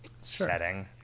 setting